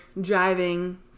driving